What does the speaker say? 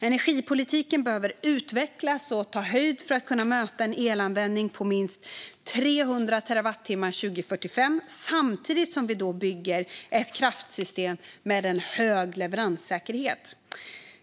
Energipolitiken behöver utvecklas och ta höjd för att kunna möta en elanvändning på minst 300 terawattimmar 2045 samtidigt som vi bygger ett kraftsystem med hög leveranssäkerhet.